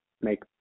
make